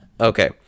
okay